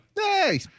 Hey